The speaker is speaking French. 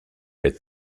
est